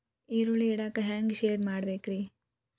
ಈರುಳ್ಳಿ ಇಡಾಕ ಹ್ಯಾಂಗ ಶೆಡ್ ಮಾಡಬೇಕ್ರೇ?